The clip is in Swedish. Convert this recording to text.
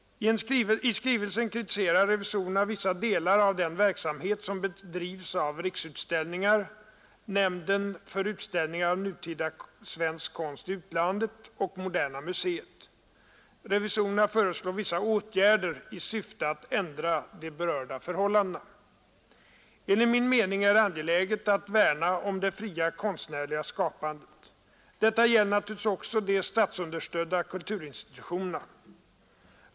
I skrivelsen kritiserar revisorerna vissa delar av den verksamhet som bedrivs av Riksutställningar, nämnden för utställningar av nutida svensk konst i utlandet och Moderna museet. Revisorerna föreslår vissa åtgärder i syfte att ändra de berörda förhållandena. Enligt min mening är det angeläget att värna om det fria konstnärliga skapandet. Detta gäller naturligtvis också de statsunderstödda kulturinstitutionerna.